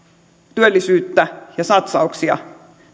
työllisyyttä ja satsauksia